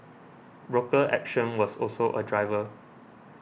broker action was also a driver